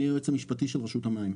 אני היועץ המשפטי של רשות המים.